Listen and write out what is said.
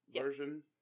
version